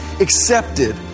accepted